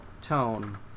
tone